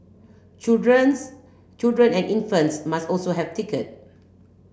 children's children and infants must also have ticket